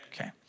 Okay